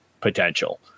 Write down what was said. potential